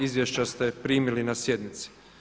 Izvješća ste primili na sjednici.